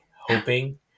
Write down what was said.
hoping